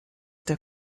der